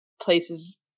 places